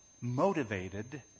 motivated